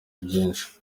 byinshi